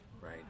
right